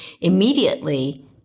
immediately